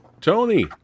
Tony